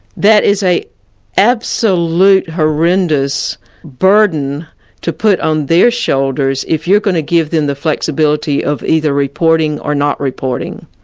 that is an absolute horrendous burden to put on their shoulders if you're going to give them the flexibility of either reporting or not reporting.